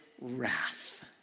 wrath